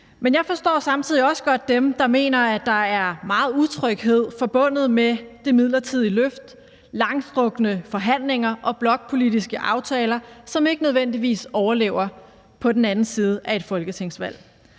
Men jeg forstår samtidig også godt dem, der mener, at der er meget utryghed forbundet med det midlertidige løft – langstrakte forhandlinger og blokpolitiske aftaler, som ikke nødvendigvis overlever på den anden side af et folketingsvalg.